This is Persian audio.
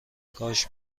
کاش